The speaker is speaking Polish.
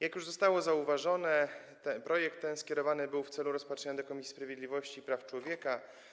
Jak już zostało zauważone, projekt ten skierowany był do rozpatrzenia do Komisji Sprawiedliwości i Praw Człowieka.